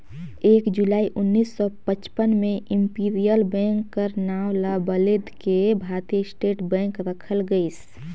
एक जुलाई उन्नीस सौ पचपन में इम्पीरियल बेंक कर नांव ल बलेद के भारतीय स्टेट बेंक रखल गइस